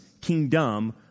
kingdom